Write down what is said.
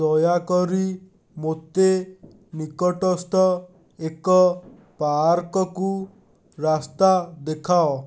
ଦୟାକରି ମୋତେ ନିକଟସ୍ଥ ଏକ ପାର୍କକୁ ରାସ୍ତା ଦେଖାଅ